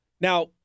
Now